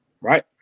right